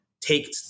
take